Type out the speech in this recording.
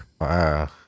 wow